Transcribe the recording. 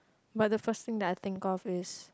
but the first thing I think of is